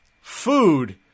food